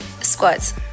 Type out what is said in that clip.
squats